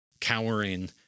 cowering